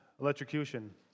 electrocution